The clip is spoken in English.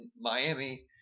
Miami